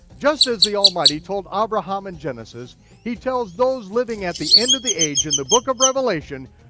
just as the almighty told abraham in genesis, he tells those living at the end of the age in the book of revelation,